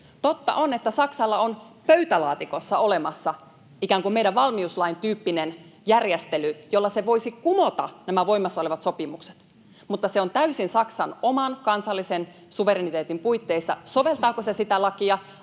Totta on, että Saksalla on pöytälaatikossa olemassa ikään kuin meidän valmiuslakimme tyyppinen järjestely, jolla se voisi kumota nämä voimassa olevat sopimukset, mutta on täysin Saksan oman kansallisen suvereniteetin puitteissa, soveltaako se sitä lakia,